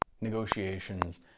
negotiations